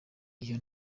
iyo